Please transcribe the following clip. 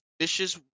vicious